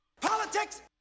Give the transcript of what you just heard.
Politics